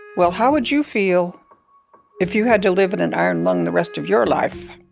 well, how would you feel if you had to live in an iron lung the rest of your life?